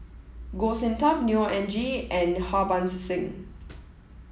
Goh Sin Tub Neo Anngee and Harbans Singh